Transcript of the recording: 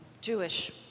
Jewish